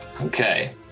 Okay